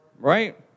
right